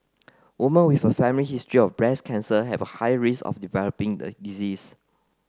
woman with a family history of breast cancer have a higher risk of developing the disease